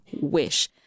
wish